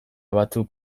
batzuk